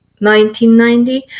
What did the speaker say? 1990